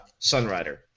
Sunrider